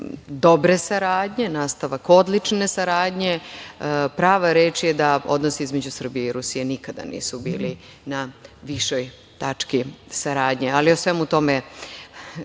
dobre saradnje, nastavak odlične saradnje, prava reč je da odnos između Srbije i Rusije nikada nisu bili na višoj tački saradnje. O svemu tome